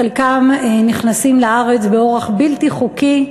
חלקם נכנסים לארץ באורח בלתי חוקי,